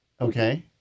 Okay